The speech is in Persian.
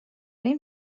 این